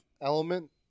element